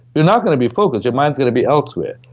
you're not gonna be focused. your mind's gonna be elsewhere.